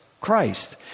Christ